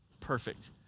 Perfect